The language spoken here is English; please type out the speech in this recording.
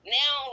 now